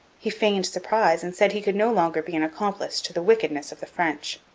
he feigned surprise and said he could no longer be an accomplice to the wickedness of the french.